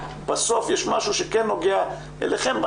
בסוף יש משהו שכן נוגע אליכם,